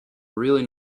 really